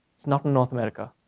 it's not in north america.